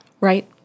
Right